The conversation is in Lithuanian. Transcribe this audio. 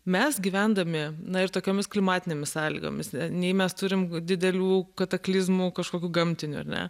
mes gyvendami na ir tokiomis klimatinėmis sąlygomis nei mes turim didelių kataklizmų kažkokių gamtinių ar ne